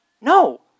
No